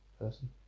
person